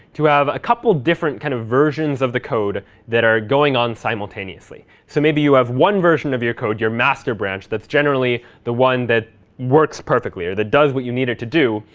to have a couple different kind of versions of the code that are going on simultaneously. so maybe you have one version of your code, your master branch, that's generally the one that works perfectly, or that does what you need it to do,